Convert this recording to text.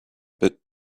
but